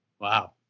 Wow